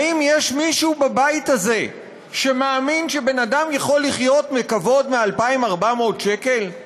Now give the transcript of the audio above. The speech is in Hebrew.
האם יש מישהו בבית הזה שמאמין שבן-אדם יכול לחיות בכבוד מ-2,400 שקלים?